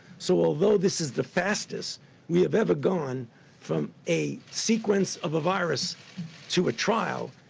so although this is the fastest we have ever gone from a sequence of a virus to a trial,